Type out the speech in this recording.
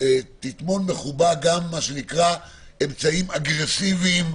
תטמון בחובה גם אמצעים אגרסיביים לאותן יחידות.